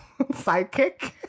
sidekick